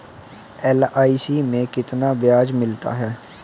LIC में कितना ब्याज मिलता है?